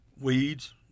weeds